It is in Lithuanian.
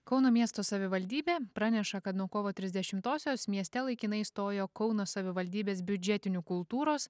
kauno miesto savivaldybė praneša kad nuo kovo trisdešimtosios mieste laikinai stojo kauno savivaldybės biudžetinių kultūros